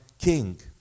King